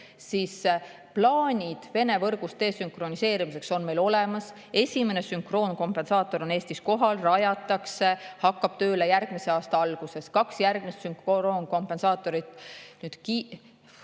Plaanid Vene võrgust desünkroniseerimiseks on meil olemas, esimene sünkroonkompensaator on Eestis kohal, seda [paigaldatakse], see hakkab tööle järgmise aasta alguses. Kaks järgmist sünkroonkompensaatorit – Kiisa,